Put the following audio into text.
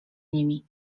nimi